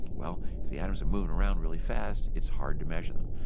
well, if the atoms are moving around really fast it's hard to measure them,